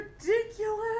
ridiculous